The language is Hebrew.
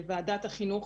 לוועדת החינוך,